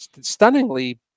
stunningly